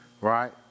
right